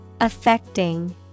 Affecting